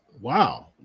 wow